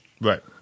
Right